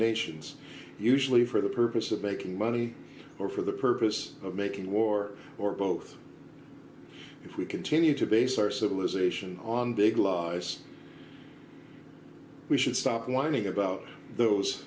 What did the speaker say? nations usually for the purpose of making money or for the purpose of making war or both if we continue to base our civilization on big lies we should stop whining about those